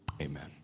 Amen